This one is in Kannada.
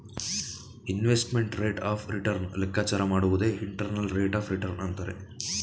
ಇನ್ವೆಸ್ಟ್ಮೆಂಟ್ ರೇಟ್ ಆಫ್ ರಿಟರ್ನ್ ಲೆಕ್ಕಾಚಾರ ಮಾಡುವುದೇ ಇಂಟರ್ನಲ್ ರೇಟ್ ಆಫ್ ರಿಟರ್ನ್ ಅಂತರೆ